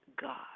God